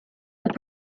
the